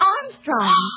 Armstrong